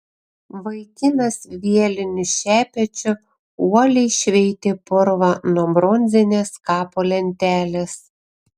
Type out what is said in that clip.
vaikinas vieliniu šepečiu uoliai šveitė purvą nuo bronzinės kapo lentelės